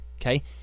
okay